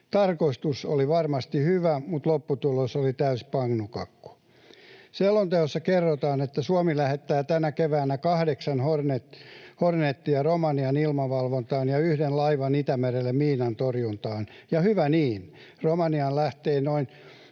Tarkoitus oli varmasti hyvä, mutta lopputulos oli täysi pannukakku. Selonteossa kerrotaan, että Suomi lähettää tänä keväänä kahdeksan Hornetia Romaniaan ilmavalvontaan ja yhden laivan Itämerelle miinantorjuntaan, ja hyvä niin. Romaniaan lähtee noin